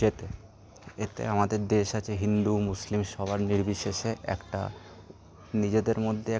জেতে এতে আমাদের দেশ আছে হিন্দু মুসলিম সবার নির্বিশেষে একটা নিজেদের মধ্যে একটা